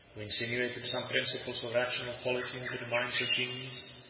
who insinuated some principles of rational policy into the mind of zingis,